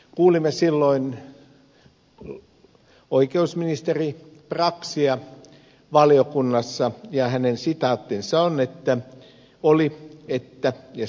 kuulimme silloin oikeusministeri braxia valiokunnassa ja hänen sitaattinsa on nyt tämä hän sanoi sitaattina